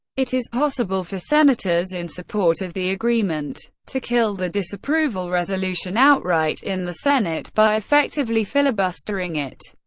it is possible for senators in support of the agreement to kill the disapproval resolution outright in the senate by effectively filibustering it,